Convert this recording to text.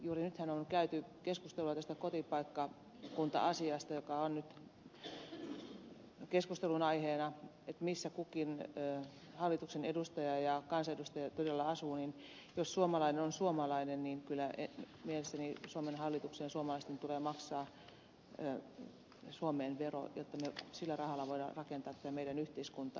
juuri nythän on käyty keskustelua tästä kotipaikkakunta asiasta joka on nyt keskustelun aiheena missä kukin hallituksen edustaja ja kansanedustaja todella asuu ja jos suomalainen on suomalainen niin kyllä mielestäni suomen hallituksen ja suomalaisten tulee maksaa suomeen vero jotta me sillä rahalla voimme rakentaa tätä meidän yhteiskuntaamme